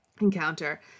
encounter